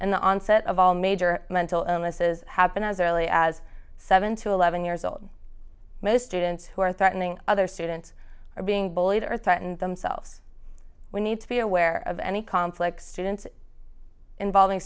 and the onset of all major mental illnesses happen as early as seven to eleven years old most students who are threatening other students are being bullied or threatened themselves we need to be aware of any conflicts students involving